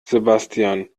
sebastian